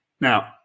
Now